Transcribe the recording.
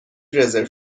رزرو